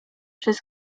przez